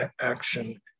action